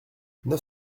neuf